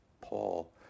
Paul